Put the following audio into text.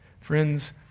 Friends